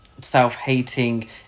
Self-hating